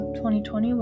2020